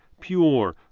pure